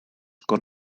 con